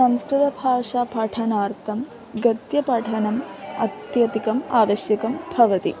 संस्कृतभाषा पाठनार्थं गद्यपाठनम् अत्यधिकम् आवश्यकं भवति